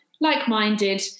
like-minded